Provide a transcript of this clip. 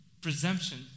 presumption